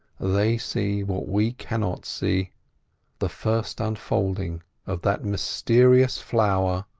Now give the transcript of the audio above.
they see what we cannot see the first unfolding of that mysterious flower,